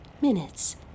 minutes